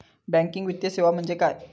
Banking वित्तीय सेवा म्हणजे काय?